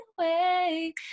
away